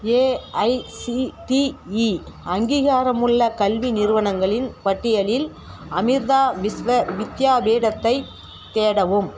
AICTE அங்கீகாரமுள்ள கல்வி நிறுவனங்களின் பட்டியலில் அமிர்தா விஸ்வ வித்யாபீடத்தை தேடவும்